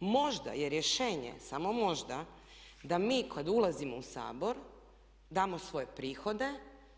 Možda je rješenje, samo možda da mi kad ulazimo u Sabor damo svoje prihode